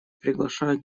приглашаю